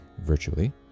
virtually